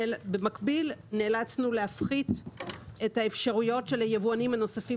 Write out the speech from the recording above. במקביל נאלצנו להפחית את האפשרויות של היבואנים הנוספים